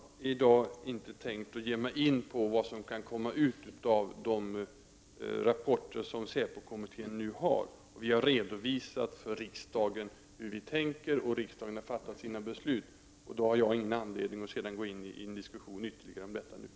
Fru talman! Jag tänker inte i dag ge mig in på vad som kan komma ut av de rapporter som säpo-kommittén nu arbetar med. Vi har redovisat för riksdagen hur vi tänker, och riksdagen har fattat sina beslut. Då har jag ingen anledning att gå in en diskussion om detta nu.